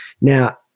Now